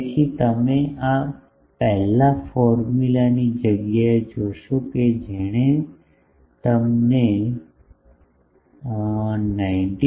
તેથી તમે આ પહેલા ફોર્મ્યુલાની જગ્યાએ જોશો કે જેણે અમને 19